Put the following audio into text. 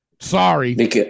Sorry